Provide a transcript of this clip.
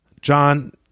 John